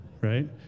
right